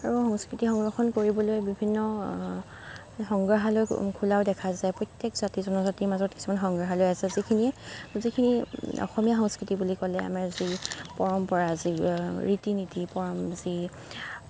আৰু সংস্কৃতি সংৰক্ষণ কৰিবলৈ বিভিন্ন সংগ্ৰাহালয় খোলাও দেখা যায় প্ৰত্যেক জাতি জনজাতিৰ মাজত কিছুমান সংগ্ৰাহালয় আছে যিখিনিয়ে যিখিনি অসমীয়া সংস্কৃতি বুলি ক'লে আমাৰ যি পৰম্পৰা যি ৰীতি নীতি পৰম যি